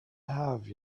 have